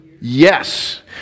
Yes